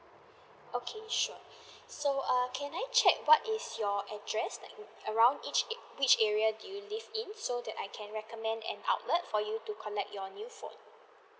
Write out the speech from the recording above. okay sure so err can I check what is your address that you around each which area do you live in so that I can recommend an outlet for you to collect your new phone